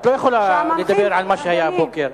את לא יכולה לדבר על מה שהיה הבוקר,